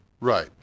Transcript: Right